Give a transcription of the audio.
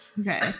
Okay